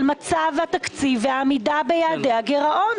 על מצב התקציב ועמידה ביעדי הגירעון?